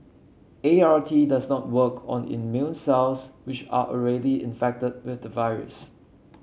A R T does not work on immune cells which are already infected with the virus